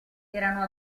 erano